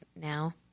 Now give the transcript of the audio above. now